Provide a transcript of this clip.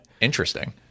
interesting